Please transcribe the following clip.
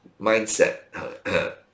mindset